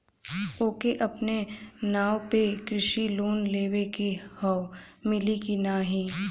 ओके अपने नाव पे कृषि लोन लेवे के हव मिली की ना ही?